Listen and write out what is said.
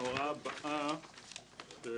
ההוראה הבאה היא